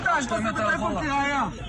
המקרים שהצגנו כאן הם רק חלק קטן מהפניות והתיעוד